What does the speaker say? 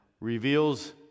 reveals